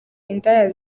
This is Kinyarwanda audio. indaya